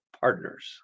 partners